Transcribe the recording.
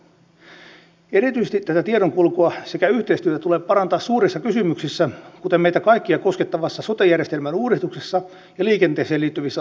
erityisesti tätä tiedonkulkua sekä yhteistyötä tulee parantaa suurissa kysymyksissä kuten meitä kaikkia koskettavassa sote järjestelmän uudistuksessa ja liikenteeseen liittyvissä asioissa